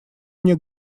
мне